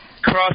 cross